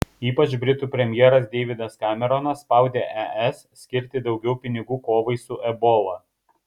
ypač britų premjeras deividas kameronas spaudė es skirti daugiau pinigų kovai su ebola